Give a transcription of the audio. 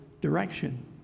direction